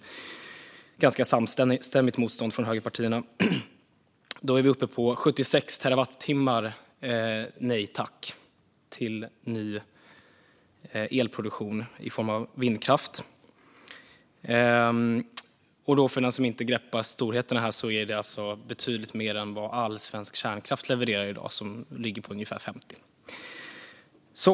Det är ett ganska samstämmigt motstånd från högerpartierna. Vi är uppe i 76 terawattimmar av nej tack till ny elproduktion i form av vindkraft. För den som inte greppar storheten i det är det alltså betydligt mer än vad all svensk kärnkraft levererar i dag, vilket ligger på ungefär 50.